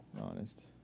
Honest